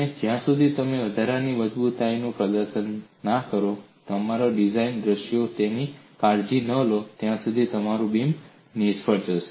અને જ્યાં સુધી તમે વધારાની મજબૂતીકરણો પ્રદાન કરીને તમારા ડિઝાઇન દૃશ્યમાં તેની કાળજી ન લો ત્યાં સુધી તમારું બીમ નિષ્ફળ જશે